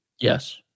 Yes